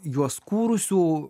juos kūrusių